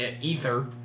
ether